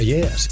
Yes